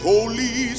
Holy